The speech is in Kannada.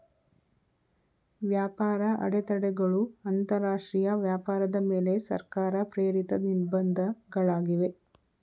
ವ್ಯಾಪಾರ ಅಡೆತಡೆಗಳು ಅಂತರಾಷ್ಟ್ರೀಯ ವ್ಯಾಪಾರದ ಮೇಲೆ ಸರ್ಕಾರ ಪ್ರೇರಿತ ನಿರ್ಬಂಧ ಗಳಾಗಿವೆ